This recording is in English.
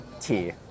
tea